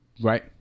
Right